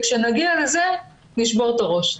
כשנגיע לזה נשבור את הראש'.